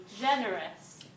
generous